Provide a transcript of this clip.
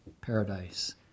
paradise